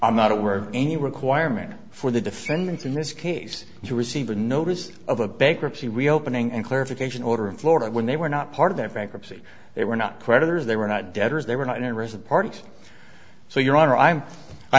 i'm not aware of any requirement for the defendants in this case to receive a notice of a bankruptcy reopening and clarification order in florida when they were not part of their bankruptcy they were not creditors they were not